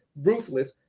ruthless